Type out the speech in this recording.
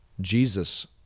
Jesus